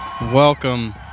Welcome